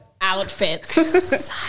outfits